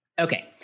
Okay